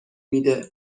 میده